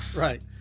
Right